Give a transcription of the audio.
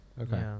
okay